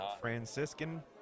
Franciscan